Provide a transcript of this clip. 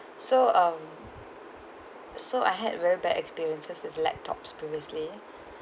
so um so I had very bad experiences with laptops previously